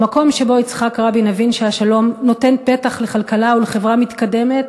במקום שבו יצחק רבין הבין שהשלום נותן פתח לכלכלה ולחברה מתקדמת,